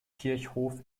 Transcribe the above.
kirchhof